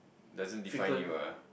doesn't define you ah